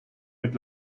mit